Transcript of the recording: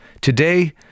Today